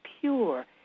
pure